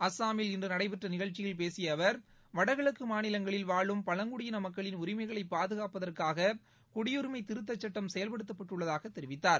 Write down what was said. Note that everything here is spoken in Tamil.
அஸ்ஸாமில் இன்று நடைபெற்ற நிகழ்ச்சியில் பேசிய அவர் வடகிழக்கு மாநிலங்களில் வாழும் பழங்குடியின மக்களின் உரிமைகளை பாதுகாப்பதற்காக குடியுரிமை திருத்தச் சட்டம் செயல்படுத்தப்பட்டுள்ளதாக தெரிவித்தார்